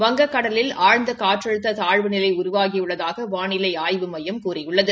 வங்ககடலில் ஆழ்ந்த காற்றழுத்த தாழ்வுநிலை உருவாகியுள்ளதாக வானிலை ஆய்வு மையம் கூறியுள்ளது